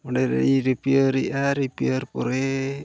ᱚᱸᱰᱮ ᱞᱤᱧ ᱮᱜᱼᱟ ᱯᱚᱨᱮ